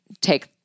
take